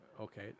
okay